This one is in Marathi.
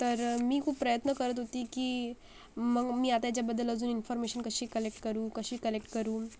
तर मी खूप प्रयत्न करत होती की मग मी आता याच्याबद्दल अजून इन्फर्मेशन कशी कलेक्ट करू कशी कलेक्ट करू